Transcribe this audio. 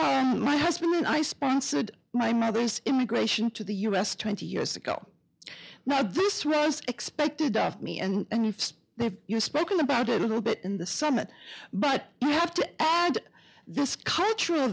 mind my husband and i sponsored my mother's immigration to the us twenty years ago but this was expected of me and if so have you spoken about it a little bit in the summit but i have to add this cultural